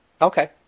Okay